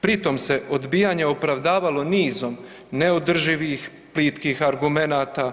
Pri tome se odbijanje opravdavalo nizom neodrživih plitkih argumenata,